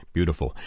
Beautiful